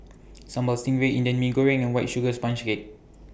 Sambal Stingray Indian Mee Goreng and White Sugar Sponge Cake